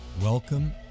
Welcome